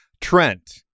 Trent